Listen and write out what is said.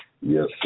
yes